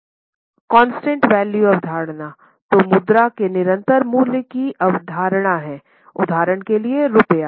constant value अवधारणा तो मुद्रा के निरंतर मूल्य की धारणा हैउदाहरण के लिये रुपया